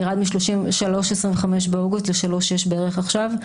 וירד מ-3.25 באוגוסט ל-3.6 בערך עכשיו.